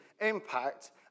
impact